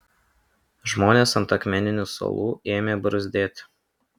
žmonės ant akmeninių suolų ėmė bruzdėti